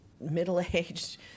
middle-aged